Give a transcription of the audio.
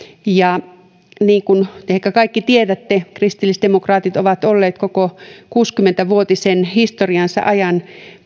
niin kuin ehkä kaikki tiedätte kristillisdemokraatit ovat olleet koko kuusikymmentä vuotisen historiansa ajan